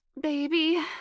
Baby